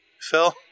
Phil